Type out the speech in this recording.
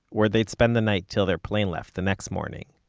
where they'd spend the night till their plane left the next morning.